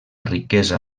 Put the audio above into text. riquesa